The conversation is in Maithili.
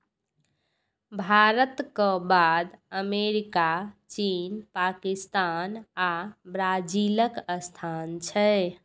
भारतक बाद अमेरिका, चीन, पाकिस्तान आ ब्राजीलक स्थान छै